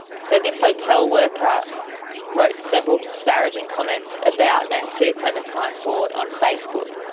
so this hotel worker wrote several disparaging comments about and to clementine ford on facebook.